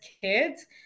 kids